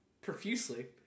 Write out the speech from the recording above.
profusely